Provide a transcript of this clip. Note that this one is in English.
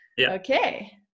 okay